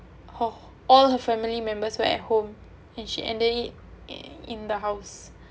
all all her family members were at home and she ended it in in the house